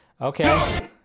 Okay